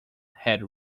had